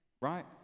right